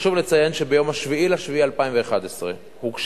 חשוב לציין שביום 7 ביולי 2011 הוגשה